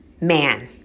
man